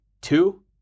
two